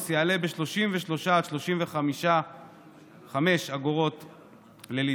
יעלה ב-33 35 אגורות לליטר.